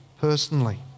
personally